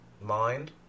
mind